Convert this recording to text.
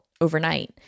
overnight